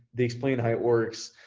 they explain how it works.